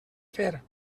fer